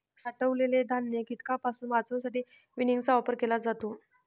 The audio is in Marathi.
साठवलेले धान्य कीटकांपासून वाचवण्यासाठी विनिंगचा वापर केला जातो